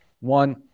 one